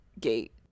gate